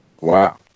Wow